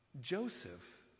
Joseph